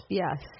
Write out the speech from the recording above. yes